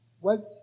went